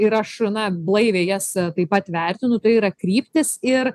ir aš na blaiviai jas a taip pat vertinu tai yra kryptys ir